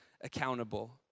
accountable